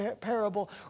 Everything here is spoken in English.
parable